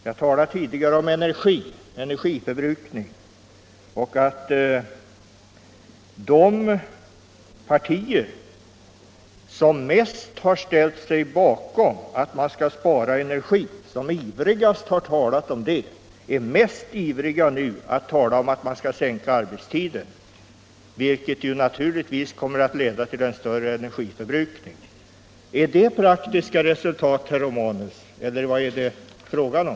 Jag talade tidigare om energiförbrukningen, och det är rätt märkligt att de partier som ivrigast har talat om att vi måste spara energi är mest ivriga att tala om att sänka arbetstiden, vilket naturligtvis kommer att leda till större energiförbrukning. Är det praktiska resultat, herr Romanus, eller vad är det fråga om?